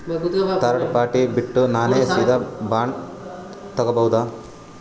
Third party ಬಿಟ್ಟು ನಾನೇ ಸೀದಾ ಬಾಂಡ್ ತೋಗೊಭೌದಾ?